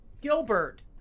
Gilbert